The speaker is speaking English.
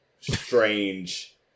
strange